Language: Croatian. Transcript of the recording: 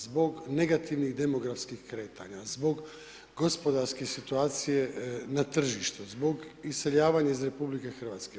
Zbog negativnih demografskih kretanja, zbog gospodarske situacije na tržištu, zbog iseljavanja iz RH.